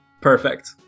Perfect